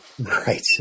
Right